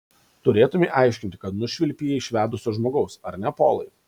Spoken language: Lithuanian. turėtumei aiškinti kad nušvilpei jį iš vedusio žmogaus ar ne polai